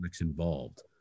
involved